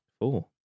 four